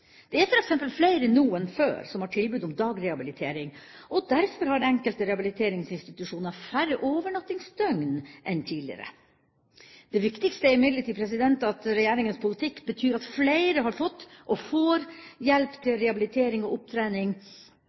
Det er f.eks. flere nå enn før som har tilbud om dagrehabilitering, og derfor har enkelte rehabiliteringsinstitusjoner færre overnattingsdøgn enn tidligere. Det viktigste er imidlertid at regjeringas politikk betyr at flere har fått – og får – hjelp til rehabilitering og opptrening